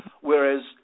Whereas